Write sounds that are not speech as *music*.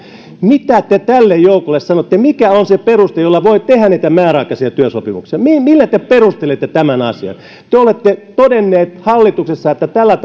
mitä te tälle joukolle sanotte mikä on se peruste jolla voi tehdä niitä määräaikaisia työsopimuksia millä te perustelette tämän asian te olette todennut hallituksessa että tällä *unintelligible*